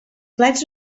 plats